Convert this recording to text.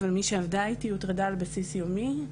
אבל מי שעבדה איתי הוטרדה על בסיס יומי.